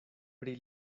pri